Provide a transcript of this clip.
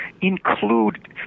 include